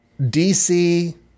DC